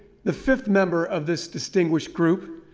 the fifth member of this distinguished group,